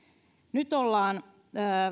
nyt kun ollaan